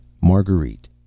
Marguerite